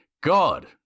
God